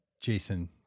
Jason